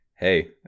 Hey